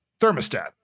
thermostat